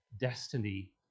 destiny